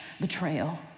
betrayal